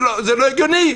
זה לא הגיוני.